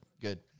good